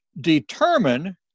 determine